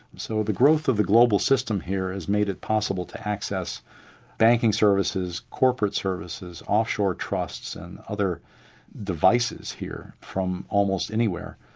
so the growth of the global system here has made it possible to access banking services, corporate services, offshore trusts and other devices here, from almost anywhere,